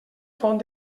font